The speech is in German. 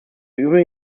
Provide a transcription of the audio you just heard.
übrigen